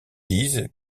disent